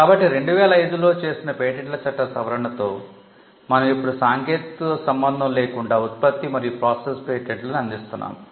కాబట్టి 2005 లో చేసిన పేటెంట్ల చట్ట సవరణతో మనం ఇప్పుడు సాంకేతికతతో సంబంధం లేకుండా ఉత్పత్తి మరియు ప్రాసెస్ పేటెంట్లను అందిస్తున్నాము